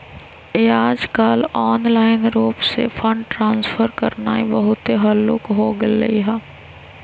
याजकाल ऑनलाइन रूप से फंड ट्रांसफर करनाइ बहुते हल्लुक् हो गेलइ ह